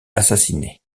assassinés